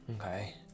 Okay